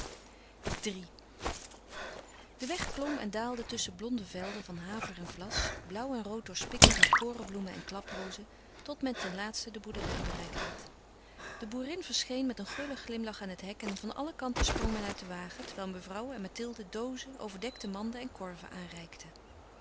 iii de weg klom en daalde tusschen blonde velden van haver en vlas blauw en rood doorspikkeld met korenbloemen en klaprozen tot men ten laatste de boerderij bereikt had de boerin verscheen met een gullen glimlach aan het hek en van alle kanten sprong men uit den wagen terwijl mevrouw en mathilde doozen overdekte manden en korven